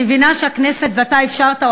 אני מבינה שהכנסת ואתה אפשרת,